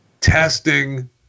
Testing